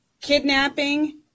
kidnapping